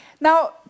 Now